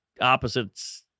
opposites